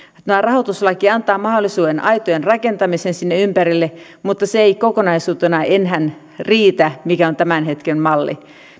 tämä rahoituslaki antaa mahdollisuuden aitojen rakentamiseen sinne ympärille mutta se ei enää kokonaisuutena riitä se tämän hetken malli